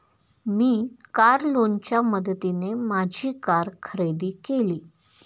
मी car लोनच्या मदतीने माझी कार खरेदी केली